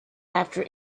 after